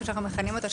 כפי שאנחנו מכנים אותו,